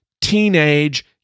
teenage